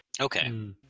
Okay